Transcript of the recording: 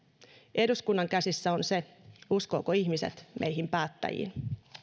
eduskunnan käsissä on se uskovatko ihmiset meihin päättäjiin